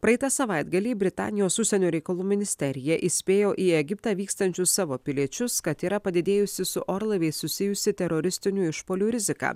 praeitą savaitgalį britanijos užsienio reikalų ministerija įspėjo į egiptą vykstančius savo piliečius kad yra padidėjusi su orlaiviais susijusi teroristinių išpuolių rizika